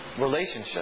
relationship